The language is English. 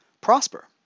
prosper